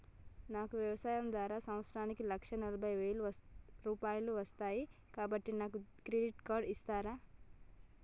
నాకు వ్యవసాయం ద్వారా సంవత్సరానికి లక్ష నలభై వేల రూపాయలు వస్తయ్, కాబట్టి నాకు క్రెడిట్ కార్డ్ ఇస్తరా?